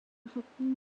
halten